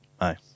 Aye